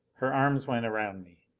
her arms went around me,